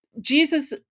Jesus